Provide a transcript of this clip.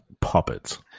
Puppets